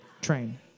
Train